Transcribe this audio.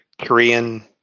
Korean